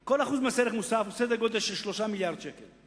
כל 1% מס ערך מוסף הוא בערך סדר גודל של 3 מיליארדי שקל.